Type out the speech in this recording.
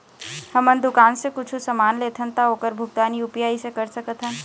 हमन दुकान से कुछू समान लेथन ता ओकर भुगतान यू.पी.आई से कर सकथन?